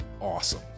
awesome